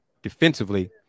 Defensively